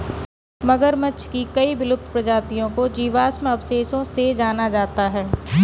मगरमच्छ की कई विलुप्त प्रजातियों को जीवाश्म अवशेषों से जाना जाता है